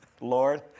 Lord